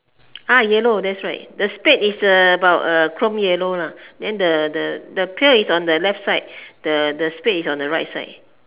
ah yellow that's right the spade is about chrome yellow lah then the the the pail is on the left side the the spade is on the right side